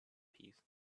peace